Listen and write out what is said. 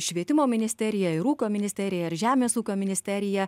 švietimo ministerija ir ūkio ministerija ir žemės ūkio ministerija